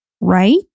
right